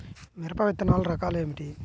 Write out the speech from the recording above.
మిరప విత్తనాల రకాలు ఏమిటి?